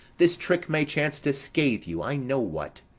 this trick may chance to scathe you. i know what.